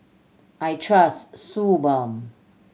I trust Suu Balm